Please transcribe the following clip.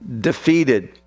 defeated